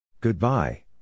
Goodbye